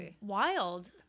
wild